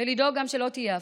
ולדאוג גם שלא תהיה אפליה.